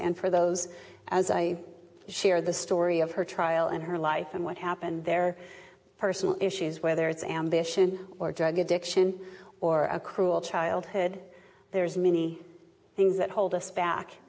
and for those as i share the story of her trial and her life and what happened there personal issues whether it's ambition or drug addiction or a cruel childhood there's many things that hold us back